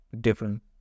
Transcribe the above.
different